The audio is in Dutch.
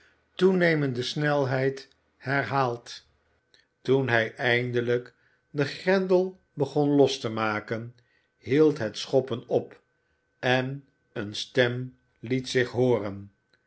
toenemende snelheid herhaald toen hij eindelijk den grendel begon los te maken hield het schoppen op en eene stem liet zich hooren